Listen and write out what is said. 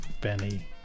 Benny